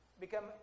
become